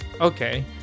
okay